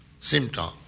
symptom